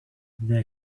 there